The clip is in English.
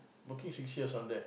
working six years down there